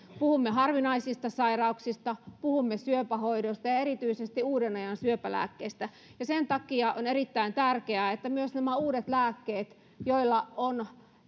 puhumme harvinaisista sairauksista puhumme syöpähoidoista ja erityisesti uuden ajan syöpälääkkeistä sen takia on erittäin tärkeää että myös nämä uudet lääkkeet joilla saadaan helpotusta ja joilla on